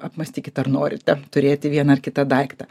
apmąstykit ar norit turėti vieną ar kitą daiktą